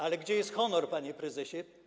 Ale gdzie jest honor, panie prezesie?